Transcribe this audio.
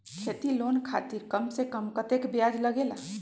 खेती लोन खातीर कम से कम कतेक ब्याज लगेला?